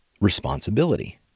responsibility